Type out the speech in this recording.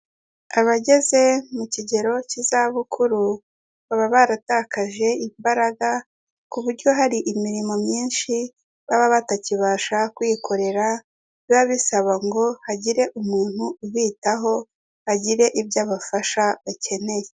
Abageze mu kigero cy'izabukuru baba baratakaje imbaraga, ku buryo hari imirimo myinshi baba batakibasha kwikorera, biba bisaba ngo hagire umuntu ubitaho agire ibyo abafasha bakeneye.